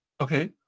Okay